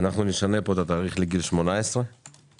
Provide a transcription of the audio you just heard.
אנחנו נשנה פה את התאריך לגיל 18 במקום